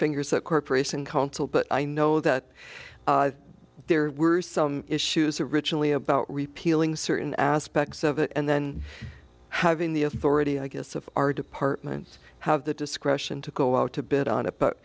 fingers at corporation council but i know that there were some issues originally about repealing certain aspects of it and then having the authority i guess of our departments have the discretion to go out to bid on it but